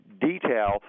detail